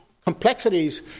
complexities